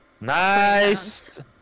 Nice